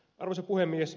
arvoisa puhemies